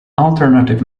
alternative